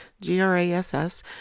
G-R-A-S-S